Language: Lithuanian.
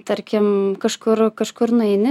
tarkim kažkur kažkur nueini